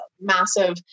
massive